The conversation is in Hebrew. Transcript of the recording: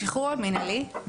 השחרור המנהלי,